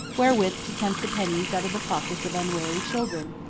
wherewith to tempt the pennies out of the pockets of unwary children,